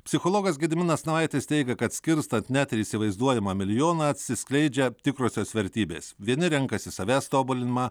psichologas gediminas navaitis teigia kad skirstant net ir įsivaizduojamą milijoną atsiskleidžia tikrosios vertybės vieni renkasi savęs tobulinimą